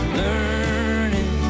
learning